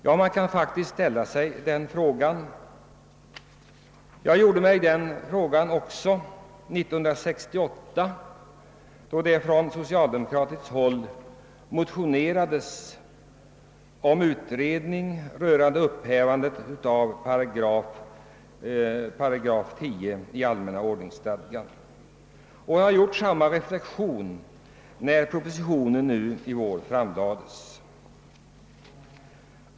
Jag ställde mig den frågan också 1968, då det från socialdemokratiskt håll motionerades om en utredning rörande upphävande av 10 § allmänna ordningsstadgan, och jag har gjort samma fråga när propositionen har framlagts nu i vår.